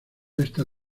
esta